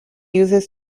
uses